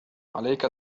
عليك